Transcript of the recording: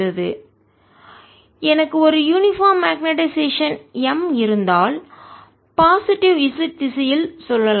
Binside0 Bapplied Binduced எனக்கு ஒரு uniform magnetisation சீரான காந்த மயமாக்கல் M இருந்தால்பாசிட்டிவ் நேர்மறைz திசையில் சொல்லலாம்